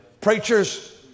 preachers